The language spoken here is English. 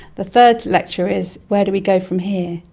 the third lecture is where do we go from here.